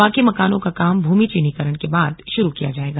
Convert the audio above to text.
बाकी मकानों का काम भूमि चिन्हिकरण के बाद शुरू किया जाएगा